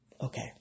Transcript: okay